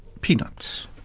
Peanuts